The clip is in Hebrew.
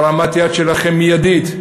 בהרמת היד שלכם, מיידית,